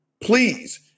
Please